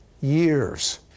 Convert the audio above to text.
years